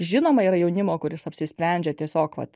žinoma yra jaunimo kuris apsisprendžia tiesiog vat